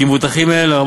כי מבוטחים אלה,